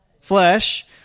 flesh